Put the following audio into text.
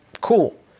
cool